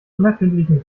unerfindlichen